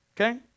Okay